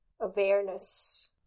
awareness